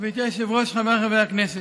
גברתי היושבת-ראש, חבריי חברי הכנסת,